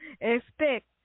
Expect